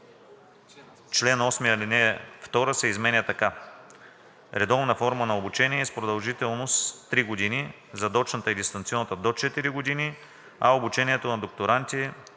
чл. 8 ал. 2 се изменя така: „(2) Редовната форма на обучение е с продължителност до 3 години, задочната и дистанционната – до 4 години, а обучението на докторантите